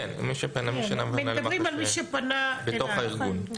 מדברים על מי שפנה --- בתוך הארגון.